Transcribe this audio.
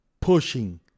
pushing